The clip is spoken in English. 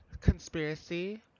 Conspiracy